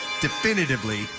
definitively